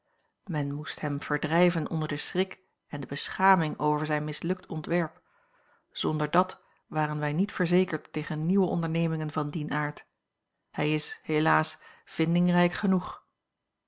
men moest hem verdrijven onder den schrik en de beschaming over zijn mislukt ontwerp zonder dat waren wij niet verzekerd tegen nieuwe ondernemingen van dien aard hij is helaas vindingrijk genoeg